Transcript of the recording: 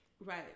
right